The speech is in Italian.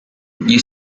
gli